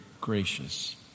gracious